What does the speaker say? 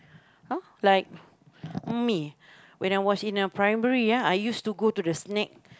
!huh! like me when I was in a primary ya I used to got to the snack